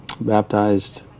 Baptized